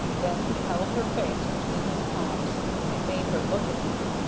then he held her face between his palms and made her look at him.